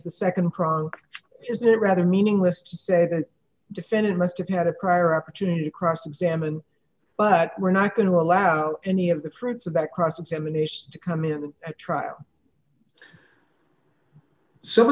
to the nd crime is that rather meaningless to say the defendant must have had a prior opportunity to cross examine but we're not going to allow any of the fruits of that cross examination to come into at trial some